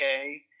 okay